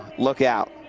look out.